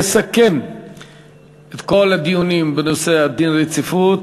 יסכם את כל הדיונים בנושא דין הרציפות